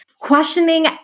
questioning